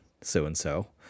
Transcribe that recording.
so-and-so